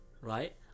right